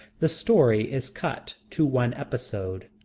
the story is cut to one episode.